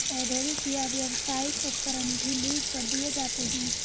औद्योगिक या व्यावसायिक उपकरण भी लीज पर दिए जाते है